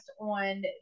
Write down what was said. on